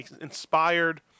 inspired